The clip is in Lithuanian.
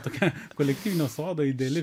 tokia kolektyvinio sodo ideali